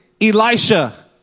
Elisha